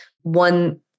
one